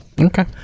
Okay